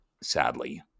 Sadly